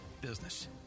business